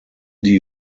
die